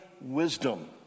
wisdom